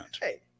Hey